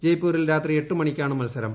ജയ്പൂരിൽ രാത്രി എട്ടുമണിക്കാണ് മത്സരം